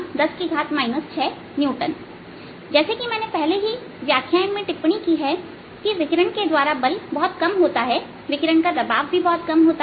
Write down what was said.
Force 270 x 10 6 N जैसा की मैंने पहले ही इस व्याख्यान में टिप्पणी की है कि विकिरण के द्वारा बल बहुत कम होता हैविकिरण का दबाव भी बहुत कम होता है